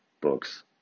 books